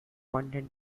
funded